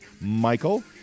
Michael